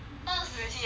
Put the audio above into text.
very sian right